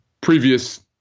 previous